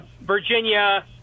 Virginia